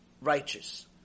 righteous